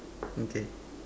okay